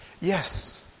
Yes